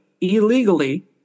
illegally